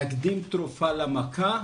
להקדים תרופה למכה.